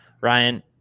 Ryan